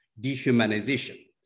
dehumanization